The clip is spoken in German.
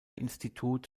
institut